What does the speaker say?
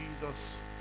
Jesus